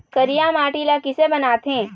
करिया माटी ला किसे बनाथे?